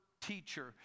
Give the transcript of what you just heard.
teacher